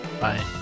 Bye